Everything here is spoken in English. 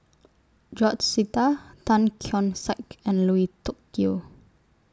George Sita Tan Keong Saik and Lui Tuck Yew